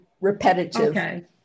repetitive